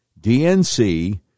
DNC